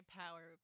power